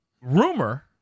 rumor